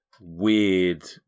weird